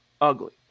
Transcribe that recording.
ugly